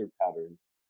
patterns